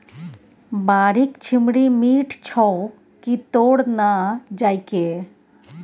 बाड़ीक छिम्मड़ि मीठ छौ की तोड़ न जायके